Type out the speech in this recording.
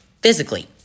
physically